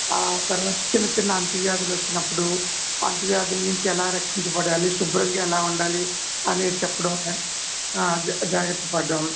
ఆ తర్వాత చిన్న చిన్న అంటు వ్యాధులు వచ్చినప్పుడు అంటు వ్యాధుల నుంచి ఎలా రక్షించబడాలి శుభ్రంగా ఎలా ఉండాలి అనేది చెప్పడం జాగ్రత్త పడ్డం